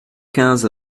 quinze